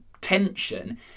tension